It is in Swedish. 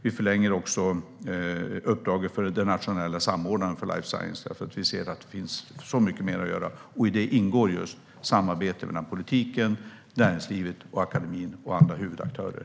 Vi förlänger också uppdraget för den nationella samordnaren för life science eftersom det finns så mycket mer att göra. I det ingår just samarbete mellan politiken, näringslivet, akademin och andra huvudaktörer.